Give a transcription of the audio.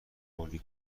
کردی